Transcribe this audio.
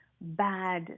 bad